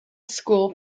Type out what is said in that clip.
school